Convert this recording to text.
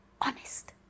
Honest